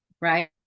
right